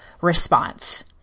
response